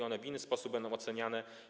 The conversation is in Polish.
One też w inny sposób będą oceniane.